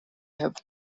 have